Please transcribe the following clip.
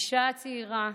אישה צעירה,